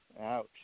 Ouch